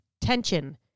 tension